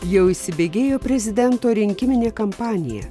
jau įsibėgėjo prezidento rinkiminę kampaniją